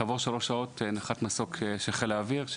וכעבור שלוש שעות נחת מסוק של חיל האוויר,